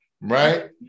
right